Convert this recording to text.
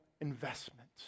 investment